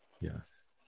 Yes